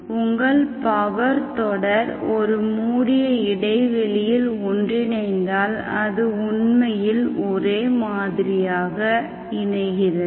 உங்கள் பவர் தொடர் ஒரு மூடிய இடைவெளியில் ஒன்றிணைந்தால் அது உண்மையில் ஒரே மாதிரியாக இணைகிறது